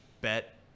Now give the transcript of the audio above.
bet